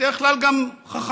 בדרך כלל גם חכמים,